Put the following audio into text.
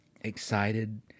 excited